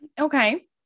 Okay